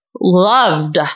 loved